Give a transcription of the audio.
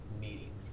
meeting